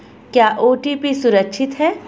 क्या ओ.टी.पी सुरक्षित है?